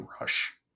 Rush